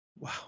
Wow